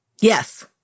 Yes